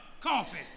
coffee